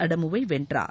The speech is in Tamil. அடமுவை வென்றார்